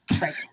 Right